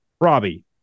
Robbie